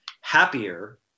happier